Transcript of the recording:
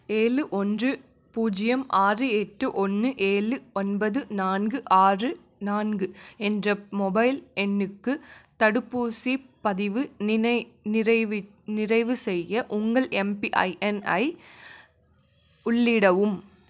ஏழு ஓன்று பூஜ்ஜியம் ஆறு எட்டு ஒன்று ஏழு ஒன்பது நான்கு ஆறு நான்கு என்ற மொபைல் எண்ணுக்கு தடுப்பூசிப் பதிவு நினை நிறைவு நிறைவு செய்ய உங்கள் எம்பிஐஎண்யை உள்ளிடவும்